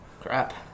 Crap